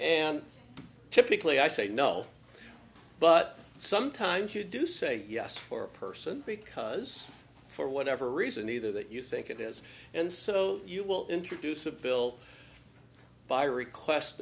and typically i say no but sometimes you do say yes for a person because for whatever reason either that you think it is and so you will introduce a bill by request